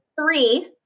Three